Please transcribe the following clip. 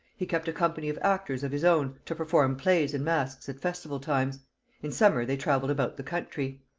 he kept a company of actors of his own to perform plays and masques at festival times in summer they travelled about the country.